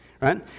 right